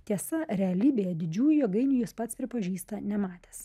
tiesa realybėje didžiųjų jėgainių jis pats pripažįsta nematęs